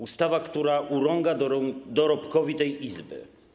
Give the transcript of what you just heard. Ustawa, która urąga dorobkowi tej Izby.